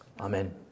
Amen